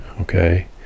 Okay